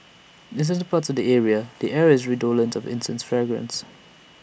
in certain parts of the area the air is redolent of incense fragrance